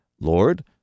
Lord